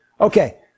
Okay